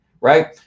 right